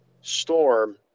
storm